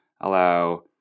allow